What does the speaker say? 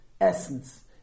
essence